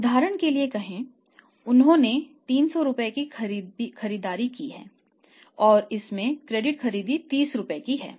उदाहरण के लिए कहें उन्होंने 300 रुपये की खरीदारी की है और इसमें क्रेडिट खरीद 30 रुपये की है